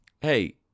Hey